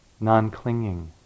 non-clinging